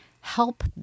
help